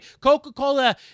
Coca-Cola